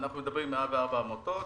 אנחנו מדברים על 104 עמותות,